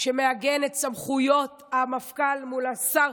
שמעגן את סמכויות המפכ"ל מול השר.